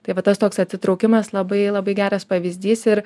tai vat tas toks atsitraukimas labai labai geras pavyzdys ir